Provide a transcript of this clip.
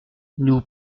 nous